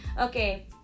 Okay